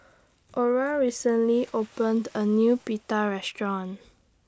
Ora recently opened A New Pita Restaurant